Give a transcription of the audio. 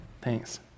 thanks